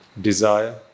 desire